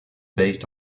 based